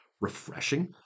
refreshing